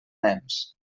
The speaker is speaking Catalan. nens